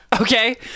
Okay